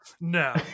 no